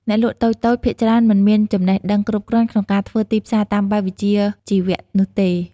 អ្នកលក់តូចៗភាគច្រើនមិនមានចំណេះដឹងគ្រប់គ្រាន់ក្នុងការធ្វើទីផ្សារតាមបែបវិជ្ជាជីវៈនោះទេ។